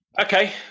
Okay